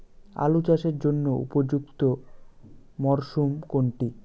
আলু চাষের জন্য উপযুক্ত মরশুম কোনটি?